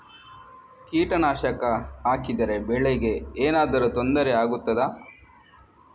ಕೀಟನಾಶಕ ಹಾಕಿದರೆ ಬೆಳೆಗೆ ಏನಾದರೂ ತೊಂದರೆ ಆಗುತ್ತದಾ?